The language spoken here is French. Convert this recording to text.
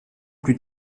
plus